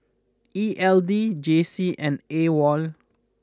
E L D J C and Awol